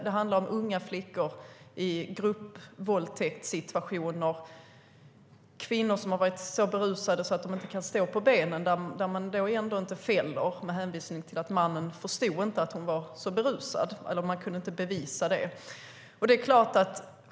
Det handlar om fall med unga flickor i gruppvåldtäktssituationer eller kvinnor som har varit så berusade att de inte kan stå på benen där man då ändå inte fäller, med hänvisning till att man inte kunde bevisa att mannen inte förstod att hon var så berusad.